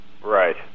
Right